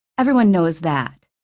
everyone knows that.